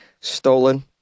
stolen